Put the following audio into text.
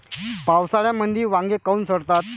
पावसाळ्यामंदी वांगे काऊन सडतात?